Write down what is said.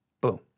Boom